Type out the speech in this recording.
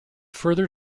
further